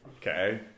Okay